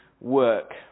work